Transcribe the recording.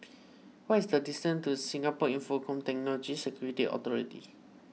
what is the distance to Singapore Infocomm Technology Security Authority